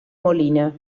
molina